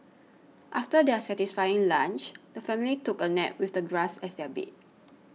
after their satisfying lunch the family took a nap with the grass as their bed